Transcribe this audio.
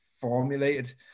formulated